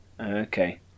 Okay